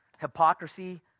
Hypocrisy